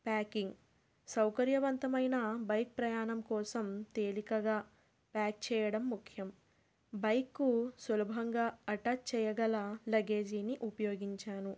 packing సౌకర్యవంతమైన bike ప్రయాణం కోసం తేలికగా ప్యాక్ చేయడం ముఖ్యం బైక్కు సులభంగా అటాచ్ చేయగల లగేజీని ఉపయోగించాను